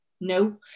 no